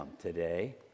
today